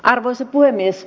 arvoisa puhemies